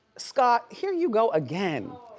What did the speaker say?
scott, here you go again.